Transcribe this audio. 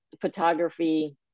photography